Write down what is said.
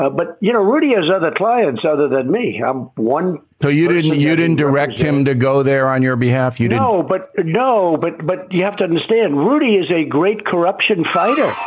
but, you know, rudy has other clients other than me um one so you didn't you didn't direct him to go there on your behalf. you know but no. but but you have to understand, rudy is a great corruption fighter